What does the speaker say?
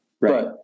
right